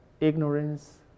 ignorance